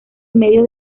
medio